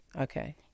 Okay